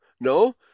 No